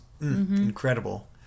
incredible